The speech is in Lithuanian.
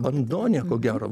bandonė ko gero